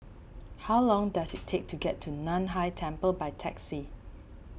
how long does it take to get to Nan Hai Temple by taxi